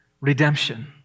redemption